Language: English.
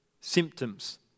symptoms